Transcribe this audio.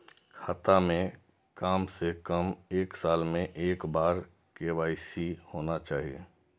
खाता में काम से कम एक साल में एक बार के.वाई.सी होना चाहि?